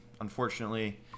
unfortunately